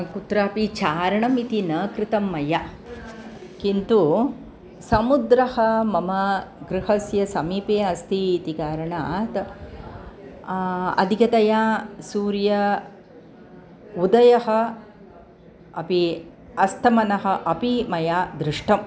कुत्रापि चारणमपि न कृतं मया किन्तु समुद्रः मम गृहस्य समीपे अस्ति इति कारणात् अधिकतया सूर्य उदयः अपि अस्तमनम् अपि मया दृष्टम्